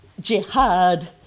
jihad